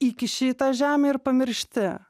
įkiši į tą žemę ir pamiršti